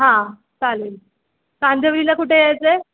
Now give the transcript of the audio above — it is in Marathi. हां चालेल कांदिवलीला कुठे यायचं आहे